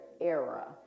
era